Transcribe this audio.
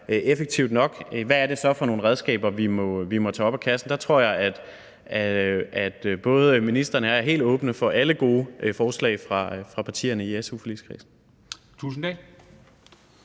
effektiv nok – hvad det så er for nogle redskaber, vi må tage op af kassen. Og der tror jeg, at både ministeren og jeg er helt åbne for alle gode forslag fra partierne i su-forligskredsen. Kl.